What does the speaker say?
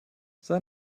sei